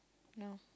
no